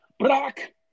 Black